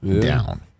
down